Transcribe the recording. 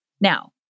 Now